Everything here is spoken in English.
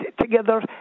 together